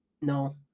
No